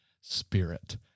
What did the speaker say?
spirit